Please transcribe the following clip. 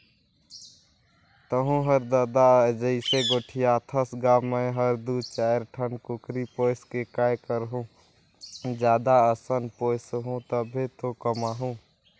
तहूँ हर ददा जइसे गोठियाथस गा मैं हर दू चायर ठन कुकरी पोयस के काय करहूँ जादा असन पोयसहूं तभे तो कमाहूं